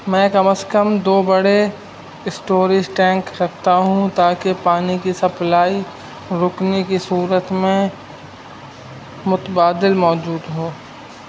میں کم از کم دو بڑے اسٹوریج ٹینک رکھتا ہوں تاکہ پانی کی سپلائی رکنے کی صورت میں متبادل موجود ہو